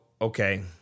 okay